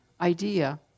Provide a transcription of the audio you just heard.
idea